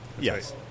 Yes